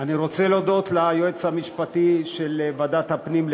אני רוצה להודות ליועץ המשפטי של ועדת הפנים,